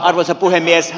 arvoisa puhemies